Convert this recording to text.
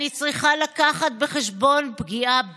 אני צריכה לקחת בחשבון פגיעה בי.